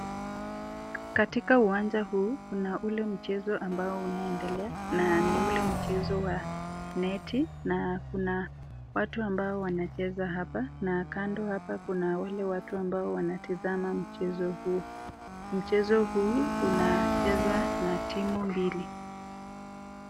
Katika uwanja huu kuna ule mchezo ambao unaendelea na ni ule mchezo wa neti na kuna watu ambao wanacheza hapa na kando hapa kuna wale watu ambao wanatazama mchezo huu. Mchezo huu Unachezwa na timu mbili.